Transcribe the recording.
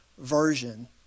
version